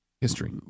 history